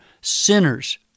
sinners